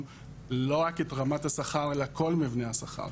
לא רק את רמת השכר אלא כל מבנה השכר,